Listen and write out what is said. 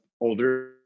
older